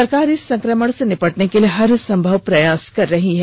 सरकार इस संक्रमण से निपटने के लिए हर संभव प्रयास कर रही है